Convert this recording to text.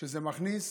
שזה מכניס